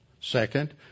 Second